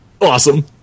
Awesome